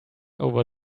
over